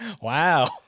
Wow